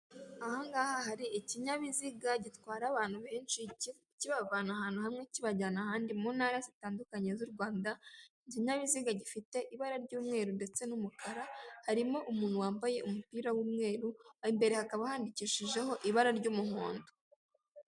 Ahangaha hari ikinyabiziga gitwara abantu benshi kibavana ahantu hamwe kibajyana ahandi mu ntara zitandukanye z' u Rwanda. Ikinyabiziga gifite ibara ry' umweru ndetse n' umukara harimo umuntu wambaye umupira w' umweru imbere hakaba handikishijweho ibara ry' umuhondo.